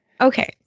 Okay